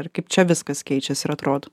ar kaip čia viskas keičiasi ir atrodo